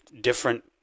different